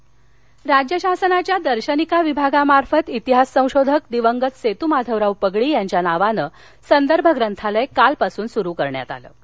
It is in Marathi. ग्रंथालय राज्य शासनाच्या दर्शनिका विभागामार्फत इतिहास संशोधक दिवंगत सेतू माधवराव पगडी यांच्या नावानं संदर्भ ग्रंथालय काल पासून सुरू करण्यात आले आहे